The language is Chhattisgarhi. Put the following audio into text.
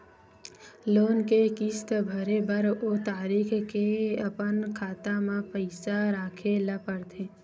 लोन के किस्त भरे बर ओ तारीख के अपन खाता म पइसा राखे ल परथे